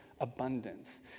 abundance